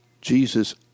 Jesus